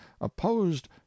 opposed